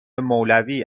مولوی